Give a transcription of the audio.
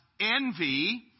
envy